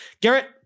garrett